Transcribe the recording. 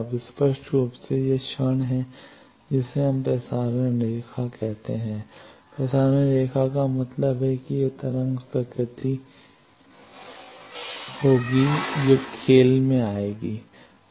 अब स्पष्ट रूप से यह क्षण है जिसे हम प्रसारण रेखा कहते हैं प्रसारण रेखा का मतलब है कि यह तरंग प्रकृति होगी जो खेल में आ जाएगी